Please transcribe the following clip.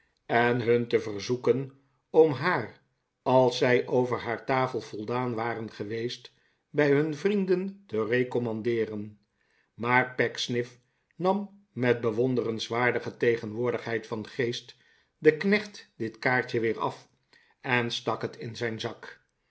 en hun te verzoeken om haar als zij over haar tafel voldaan waren geweest bij hun vrienden te recommandeeren maar pecksniff nam met bewohderenswaardige tegenwoordigheid van geest den knecht dit kaartje weer af en stak het in zijn zak